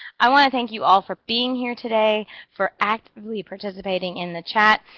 i want to thank you all for being here today, for actively participating in the chat.